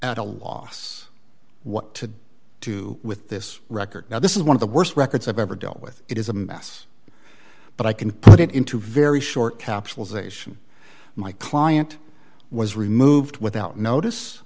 at a loss what to do with this record now this is one of the worst records i've ever dealt with it is a mess but i can put it into very short capsules ation my client was removed without notice